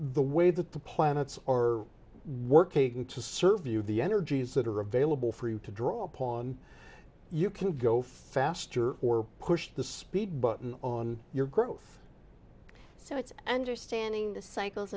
the way that the planets are working to serve you the energies that are available for you to draw upon you can go faster or push the speed button on your growth so it's understanding the cycles